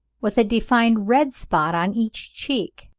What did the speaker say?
with a defined red spot on each cheek.